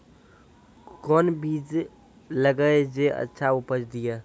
कोंन बीज लगैय जे अच्छा उपज दिये?